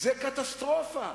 זה קטסטרופה,